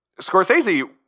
Scorsese